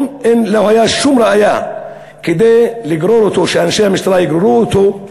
לא הייתה שום ראיה כדי שאנשי המשטרה יגררו אותו,